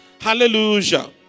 Hallelujah